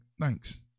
Thanks